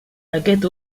aquest